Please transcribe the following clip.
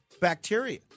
bacteria